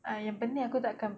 ah yang penting aku tak kan